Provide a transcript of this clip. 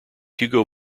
hugo